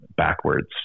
backwards